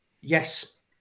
yes